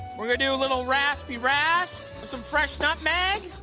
we're gonna do a little raspy rasp with some fresh nutmeg.